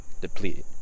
depleted